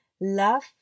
Love